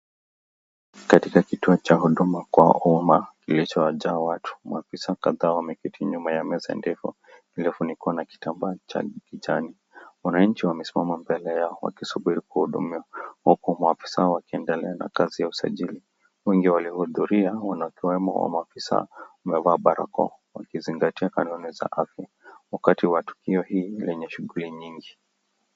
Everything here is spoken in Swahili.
katika kituo cha uduma kwa uma, kilicho jaa watu, maafisa wameketi nyuma ya meza ndefu iliyofunikwa na kitamba cha rangi kijani. Wananchi wamesimama mbele yao wakisubiri kuhudumiwa, huku maafisa wakiendelea na kazi ya usajili, wengi waliudhuria wakiwemo maafisa wamevaa barakoa wakizingatia kanuni za afya, wakati wa tukio hii lenye shuguli nyingi,